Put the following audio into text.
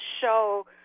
show